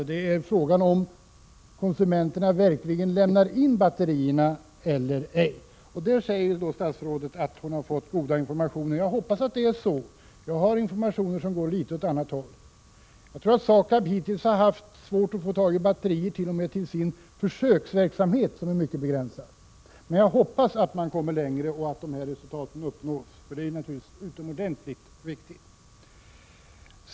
Frågan är bara om konsumenterna verkligen lämnar in batterierna eller ej. Statsrådet säger att hon därvidlag fått goda informationer. Jag hoppas att det är så, men jag har informationer som går i en något annan riktning. Jag tror t.o.m. att SAKAB haft svårt att få batterier till sin försöksverksamhet, som är mycket begränsad. Men jag hoppas att man kommer längre och att dessa resultat uppnås. Det är utomordentligt viktigt.